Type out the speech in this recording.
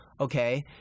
Okay